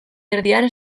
erdian